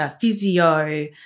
physio